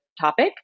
topic